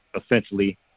essentially